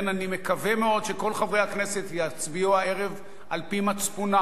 אני מקווה מאוד שכל חברי הכנסת יצביעו הערב על-פי מצפונם,